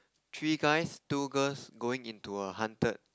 three guys two girls going into a haunted